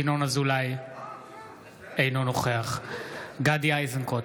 אינו נוכח גדי איזנקוט,